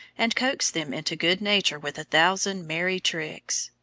and coaxed them into good nature with a thousand merry tricks.